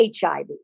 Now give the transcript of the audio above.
HIV